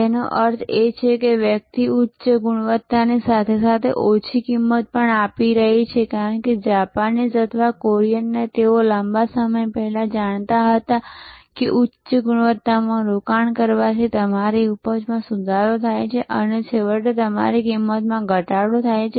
જેનો અર્થ છે કે વ્યક્તિ ઉચ્ચ ગુણવત્તાની સાથે સાથે ઓછી કિંમત પણ આપી રહી છે કારણ કે જાપાનીઝ અથવા કોરિયનોને તેઓ લાંબા સમય પહેલા જાણતા હતા કે ઉચ્ચ ગુણવત્તામાં રોકાણ કરવાથી તમારી ઉપજમાં સુધારો થાય છે અને છેવટે તમારી કિંમતમાં ઘટાડો થાય છે